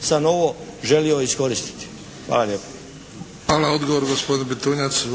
sam ovo želio iskoristiti. Hvala lijepa. **Bebić, Luka (HDZ)** Hvala. Odgovor gospodin Bitunjac.